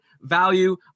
value